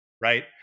right